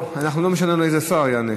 לא משנה לנו איזה שר יעלה.